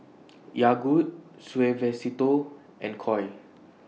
Yogood Suavecito and Koi